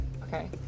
okay